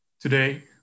Today